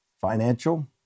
financial